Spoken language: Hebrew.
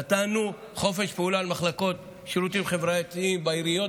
נתנו חופש פעולה למחלקות לשירותים חברתיים בעיריות,